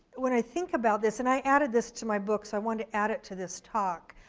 when i think about this, and i added this to my book, so i wanted to add it to this talk.